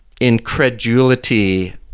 incredulity